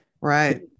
right